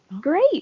great